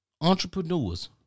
Entrepreneurs